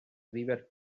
river